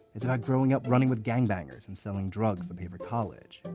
it's about growing up running with gangbangers and selling drugs to pay for college.